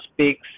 speaks